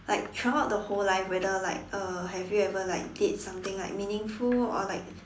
like throughout the whole life whether like uh have you ever like did something like meaningful or like